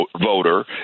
voter